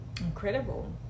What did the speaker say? incredible